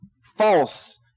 false